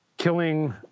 Killing